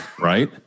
right